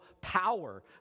power